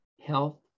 health